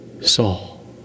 Saul